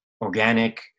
organic